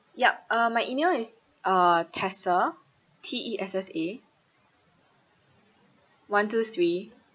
yup um my E-mail is uh tessa T E S S A one two three